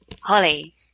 Holly